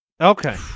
Okay